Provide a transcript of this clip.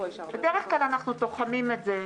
בדרך כלל אנחנו תוחמים את זה,